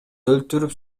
өлтүрүп